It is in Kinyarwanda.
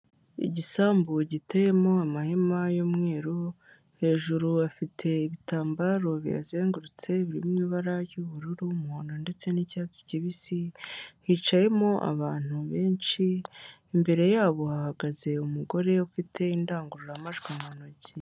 Igisambu giteyemo amahema y'umweru, hejuru afite ibitambaro bizengurutse biri mu ibara ry'ubururu umuhondo ndetse n'icyatsi kibisi, hicayemo abantu benshi, imbere yabo hahagaze umugore ufite indangururamajwi mu ntoki.